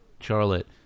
Charlotte